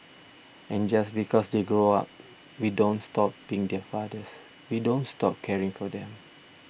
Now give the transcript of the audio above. and just because they grow up we don't stop being their fathers we don't stop caring for them